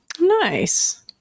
Nice